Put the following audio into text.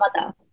mother